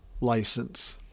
license